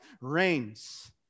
reigns